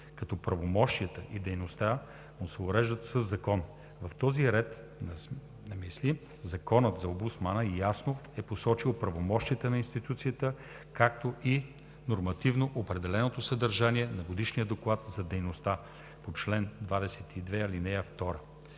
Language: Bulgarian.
като правомощията и дейността му се уреждат със закон. В този ред на мисли, Законът за омбудсмана ясно е посочил правомощията на институцията, както и нормативно определеното съдържание на Годишния доклад за дейността по чл. 22, ал. 2.